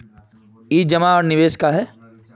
ई जमा आर निवेश का है?